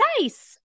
nice